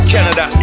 Canada